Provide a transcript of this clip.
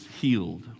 healed